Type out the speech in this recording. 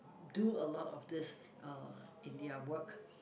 do a lot of these uh in their work